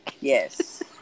yes